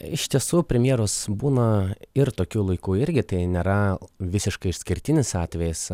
iš tiesų premjeros būna ir tokiu laiku irgi tai nėra visiškai išskirtinis atvejis